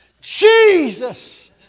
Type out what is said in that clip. Jesus